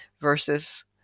versus